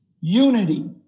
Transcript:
Unity